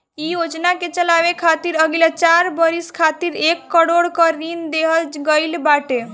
इ योजना के चलावे खातिर अगिला चार बरिस खातिर एक करोड़ कअ ऋण देहल गईल बाटे